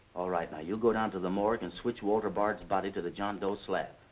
all right. now you go down to the morgue and switch walter bard's body to the john doe slab.